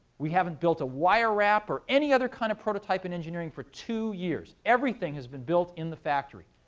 we haven't built a wire wrap, or any other kind of prototype in engineering for two years. everything has been built in the factory.